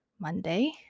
Monday